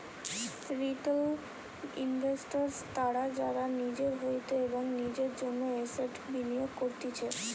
retail investors তারা যারা নিজের হইতে এবং নিজের জন্য এসেটস বিনিয়োগ করতিছে